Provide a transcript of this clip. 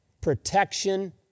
protection